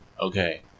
Okay